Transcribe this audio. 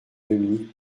dominique